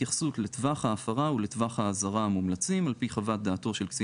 התייחסות לטווח ההפרה ולטווח האזהרה המומלצים על פי חוות דעתו של קצין